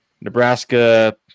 Nebraska